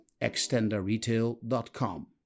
extenderretail.com